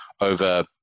over